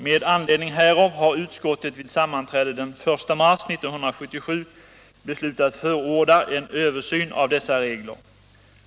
Med anledning härav har utskottet vid sammanträde den 1 mars 1977 beslutat förorda en översyn av dessa regler.